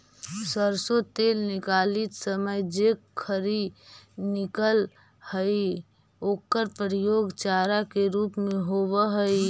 सरसो तेल निकालित समय जे खरी निकलऽ हइ ओकर प्रयोग चारा के रूप में होवऽ हइ